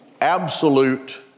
absolute